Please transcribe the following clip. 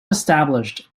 established